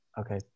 Okay